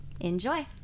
Enjoy